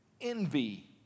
envy